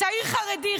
צעיר חרדי,